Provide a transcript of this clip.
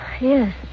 Yes